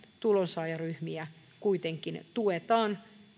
tulonsaajaryhmiä kuitenkin tuetaan